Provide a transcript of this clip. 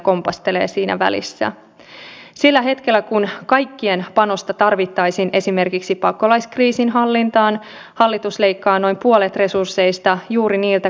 olenkin itse tekemässä tällä hetkellä raporttia tästä aiibstä eli siitä miten suomen kaltainen pieni maa voi sitä hyödyntää